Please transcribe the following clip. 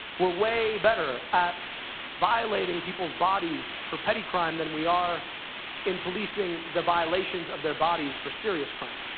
we are way better at violating people's bodies for petty crime than we are in policing the violations of their bodies for serious crime.